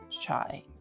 Chai